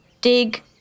dig